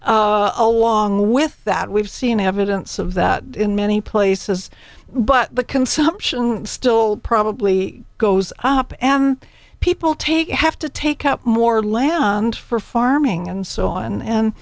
drop along with that we've seen evidence of that in many places but the consumption still probably goes up and people take you have to take up more land for farming and so on and